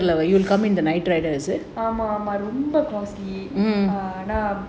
ஆமா ஆமா ரொம்ப:aamaa aamaa romba